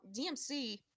DMC